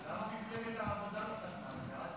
למה מפלגת העבודה לא חתמה?